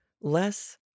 less